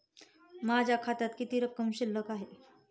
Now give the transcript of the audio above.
माझ्या खात्यात किती रक्कम शिल्लक आहे?